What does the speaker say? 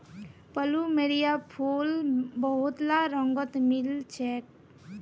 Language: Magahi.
प्लुमेरिया फूल बहुतला रंगत मिल छेक